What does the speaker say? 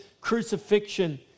crucifixion